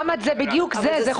הבעיה היא שאין שכירות בקרקע